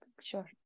Sure